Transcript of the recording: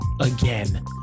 again